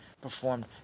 performed